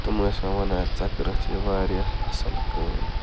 تِم آسَن وَنان ژےٚ کٔرٕتھ یہِ واریاہ اَصٕل کٲم